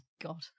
god